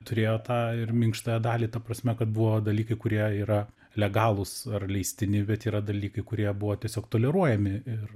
turėjo tą ir minkštąją dalį ta prasme kad buvo dalykai kurie yra legalūs ar leistini bet yra dalykai kurie buvo tiesiog toleruojami ir